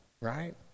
right